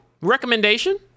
recommendation